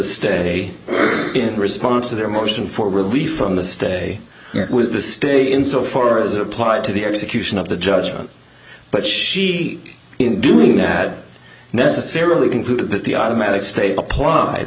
stay in response to their motion for relief from the stay was the stay in so far as applied to the execution of the judgment but she in doing that had necessarily concluded that the automatic state applied